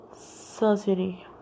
society